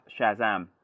Shazam